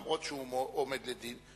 למרות שהוא עומד לדין,